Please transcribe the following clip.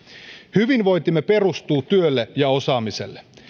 hyvinvointimme perustuu työlle ja osaamiselle